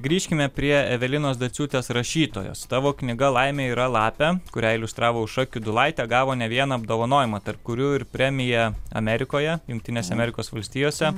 grįžkime prie evelinos dociūtės rašytojos tavo knyga laimė yra lapė kurią iliustravo aušra kiudulaitė gavo ne vieną apdovanojimą tarp kurių ir premiją amerikoje jungtinėse amerikos valstijose